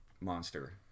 monster